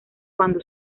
cuando